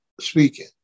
speaking